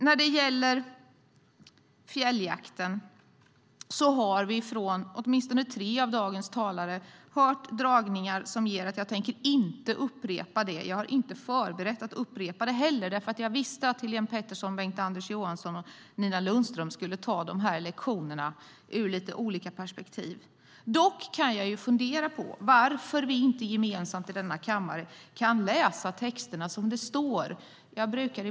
När det gäller fjälljakten har vi från åtminstone tre av talarna här i dag hört dragningar så jag tänker inte upprepa det sagda. Inte heller hade jag förberett mig på en upprepning. Jag visste att Helén Pettersson, Bengt-Anders Johansson och Nina Lundström skulle ta de här lektionerna ur lite olika perspektiv. Dock kan jag fundera på varför vi inte gemensamt i denna kammare kan läsa texterna som det står där.